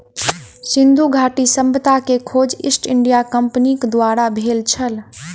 सिंधु घाटी सभ्यता के खोज ईस्ट इंडिया कंपनीक द्वारा भेल छल